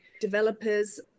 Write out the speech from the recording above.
developers